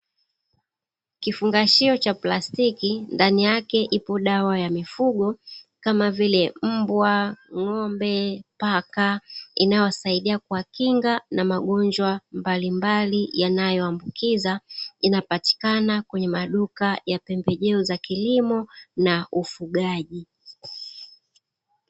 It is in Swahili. Kifungashio cha plastiki ndani yake ipo dawa ya mifugo kama vile: mbwa, ng'ombe, paka; inayosaidia kuwakinga na magonjwa mbalimbali yanayoambukiza. Inapatikana kwenye maduka ya pembejeo za kilimo na ufugaji.